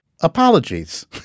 apologies